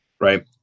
Right